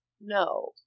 no